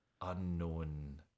unknown